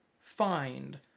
find